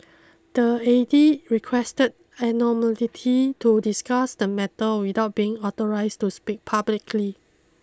the requested anonymity to discuss the matter without being authorised to speak publicly